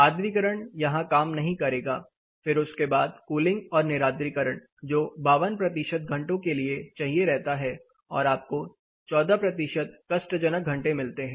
आर्द्रीकरण यहां काम नहीं करेगा फिर उसके बाद कूलिंग और निरार्द्रीकरण जो 52 घंटों के लिए चाहिए रहता है और आपको 14 कष्टजनक घंटे मिलते हैं